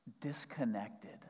disconnected